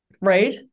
right